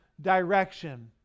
direction